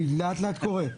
אני לאט-לאט קורא.